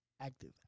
active